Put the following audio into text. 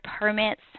permits